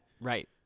Right